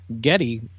getty